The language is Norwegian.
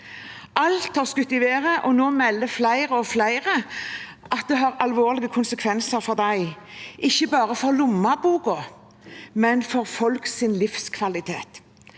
Alt har skutt i været, og nå melder flere og flere at det har alvorlige konsekvenser for dem, ikke bare for lommeboka, men for deres livskvalitet.